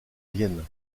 vienne